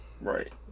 Right